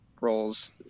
Roles